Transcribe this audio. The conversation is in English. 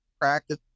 practice